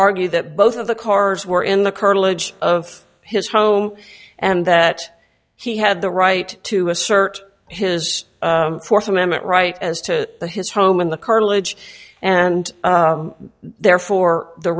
argue that both of the cars were in the curtilage of his home and that he had the right to assert his th amendment right as to the his home and the cartilage and therefore the